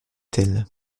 tel